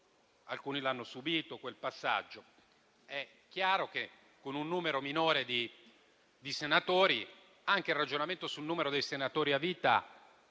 lo hanno subito. È chiaro che, con un numero minore di senatori, anche il ragionamento sul numero dei senatori a vita